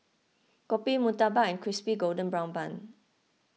Kopi Murtabak and Crispy Golden Brown Bun